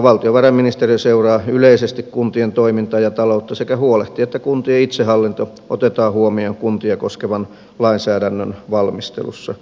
valtiovarainministeriö seuraa yleisesti kuntien toimintaa ja taloutta sekä huolehtii että kuntien itsehallinto otetaan huomioon kuntia koskevan lainsäädännön valmistelussa